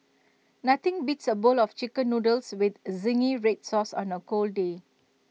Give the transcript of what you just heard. nothing beats A bowl of Chicken Noodles with Zingy Red Sauce on A cold day